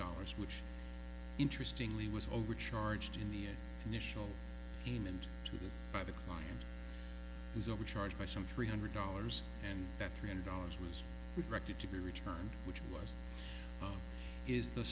dollars which interestingly was overcharged in the an initial payment to the by the client who's overcharged by some three hundred dollars and that three hundred dollars was reflected to be returned which was phone is the